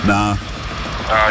Nah